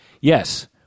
Yes